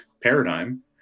paradigm